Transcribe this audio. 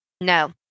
No